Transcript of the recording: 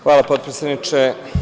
Hvala, potpredsedniče.